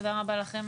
תודה רבה לכם,